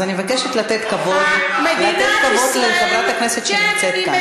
אז אני מבקשת לתת כבוד לחברת הכנסת שנמצאת כאן.